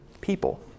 people